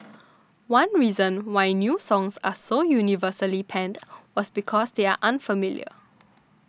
one reason why new songs are so universally panned was because they are unfamiliar